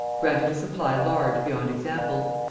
granted a supply large beyond example.